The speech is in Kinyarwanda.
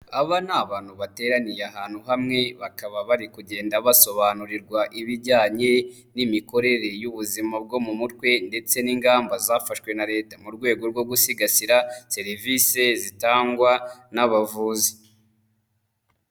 Aba ni abantu bateraniye ahantu hamwe, bakaba bari kugenda basobanurirwa ibijyanye n'imikorere y'ubuzima bwo mu mutwe ndetse n'ingamba zafashwe na Leta mu rwego rwo gusigasira serivise zitangwa n'abavuzi.